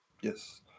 Yes